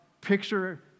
picture